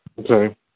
Okay